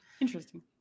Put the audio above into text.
Interesting